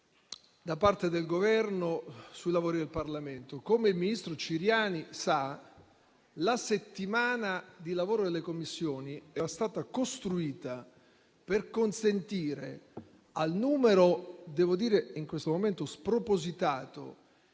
da parte del Governo sui lavori del Parlamento. Come il ministro Ciriani sa, la settimana di lavoro delle Commissioni era stata prevista per consentire l'esame del numero in questo momento spropositato